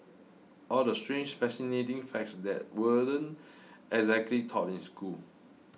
all the strange fascinating facts that weren't exactly taught in school